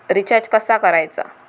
Recharge कसा करायचा?